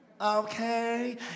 Okay